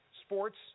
Sports